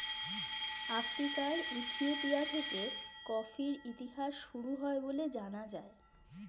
আফ্রিকার ইথিওপিয়া থেকে কফির ইতিহাস শুরু হয় বলে জানা যায়